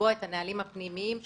לקבוע את הנהלים הפנימיים שלנו,